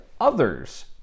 others